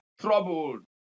troubled